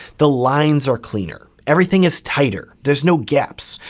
the lines are cleaner, everything is tighter, there's no gaps,